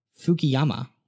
Fukuyama